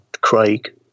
Craig